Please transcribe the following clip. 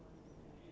can be